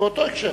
באותו הקשר?